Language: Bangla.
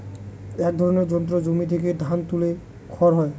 এক ধরনের যন্ত্রে জমি থেকে ধান তুলে খড় হয়